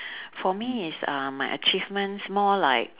for me is uh my achievements more like